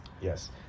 Yes